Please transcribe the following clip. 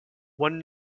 one